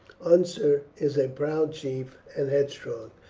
unser is a proud chief, and headstrong,